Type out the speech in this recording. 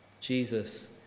Jesus